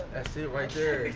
that's it right there.